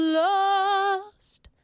lost